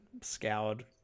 scoured